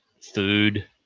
food